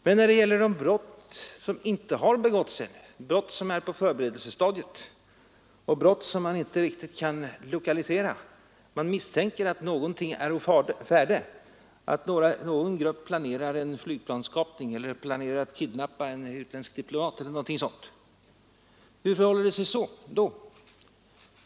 Men när det gäller brott som ännu inte har begåtts, som är på förberedelsestadiet och som man inte kan lokalisera — man misstänker att något är å färde, att någon grupp planerar en flygplanskapning, kidnappning av utländsk diplomat eller något sådant — hur förhåller det sig då?